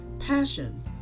passion